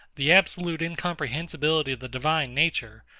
the absolute incomprehensibility of the divine nature,